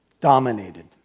dominated